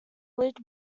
lid